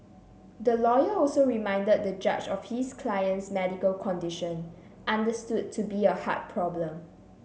the lawyer also reminded the judge of his client's medical condition understood to be a heart problem